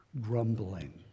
Grumbling